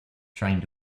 trying